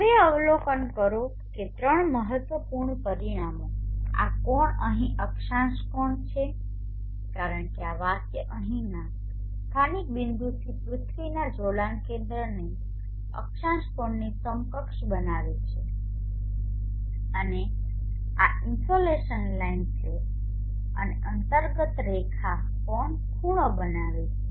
હવે અવલોકન કરો કે ત્રણ મહત્વપૂર્ણ પરિમાણો આ કોણ અહીં અક્ષાંશ કોણ છે કારણ કે આ વાક્ય અહીંના સ્થાનિક બિંદુથી પૃથ્વીના જોડાણ કેન્દ્રને અક્ષાંશ કોણની સમકક્ષ બનાવે છે અને આ ઇનસોલેશન લાઇન છે અને અંતર્ગત રેખા કોણખૂણો બનાવે છે